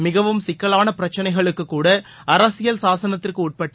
மிகவும் சிக்கலான பிரச்னைகளுக்குக் கூட அரசியல் சாசனத்திற்கு உட்பட்டு